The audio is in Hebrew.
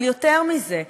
אבל יותר מזה,